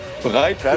bereit